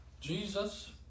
Jesus